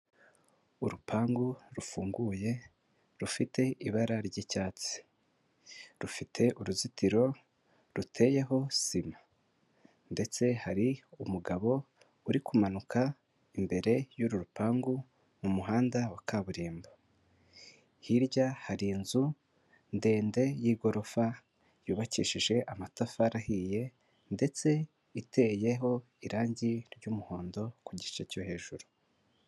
Urupangu rufunguye rufite ibara ry'icyatsi. Rufite uruzitiro ruteyeho sima. Ndetse hari umugabo urikumanuka imbere y'uru rupangu mu muhanda wa kaburimbo. Hirya hari inzu ndende y'igorofa yubakishije amatafari ahiye, ndetse iteyeho irangi ry'umuhondo ku gice cyo hejuru.